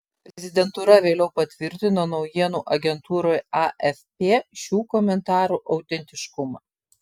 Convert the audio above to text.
prezidentūra vėliau patvirtino naujienų agentūrai afp šių komentarų autentiškumą